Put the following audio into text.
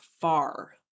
far